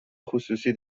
خصوصی